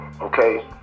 okay